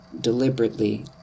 deliberately